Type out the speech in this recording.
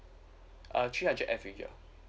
ah three hundred end figure